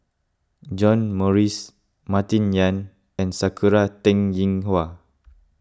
John Morrice Martin Yan and Sakura Teng Ying Hua